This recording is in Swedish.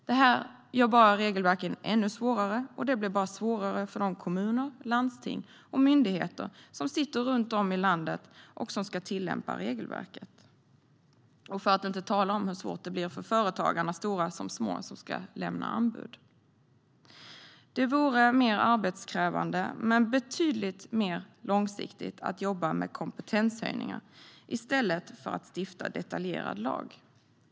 Detta gör bara regelverket ännu svårare, och det blir bara svårare för de kommuner, landsting och myndigheter som sitter runt om i landet och ska tillämpa regelverket. Och för att inte tala om hur svårt det blir för företagarna - stora som små - som ska lämna anbud. Det vore mer arbetskrävande, men betydligt mer långsiktigt, att jobba med kompetenshöjningar i stället för att stifta detaljerad lag.